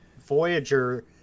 Voyager